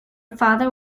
father